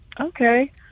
Okay